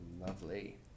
Lovely